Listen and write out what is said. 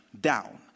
down